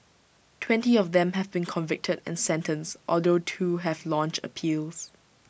twenty of them have been convicted and sentenced although two have launched appeals